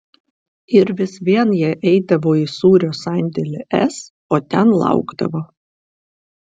ir vis vien jie eidavo į sūrio sandėlį s o ten laukdavo